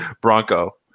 Bronco